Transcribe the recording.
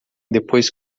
depois